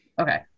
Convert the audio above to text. Okay